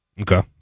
Okay